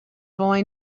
boy